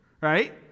right